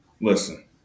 listen